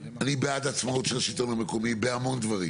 יכול להיות גם כל מיני דברים כאלה או אחרים.